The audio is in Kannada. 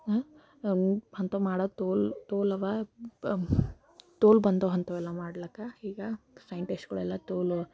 ಅಂ ಅಂಥವು ಮಾಡೋದು ತೋಲ್ ತೋಲ್ ಅವಾ ತೋಲ್ ಬಂದವ ಅಂಥವೆಲ್ಲ ಮಾಡ್ಲಿಕ್ಕೆ ಈಗ ಸೈಂಟಿಸ್ಟ್ಗಳೆಲ್ಲ ತೋಲು